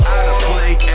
Out-of-play